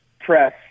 press